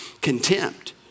contempt